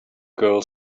girl